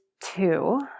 two